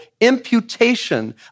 imputation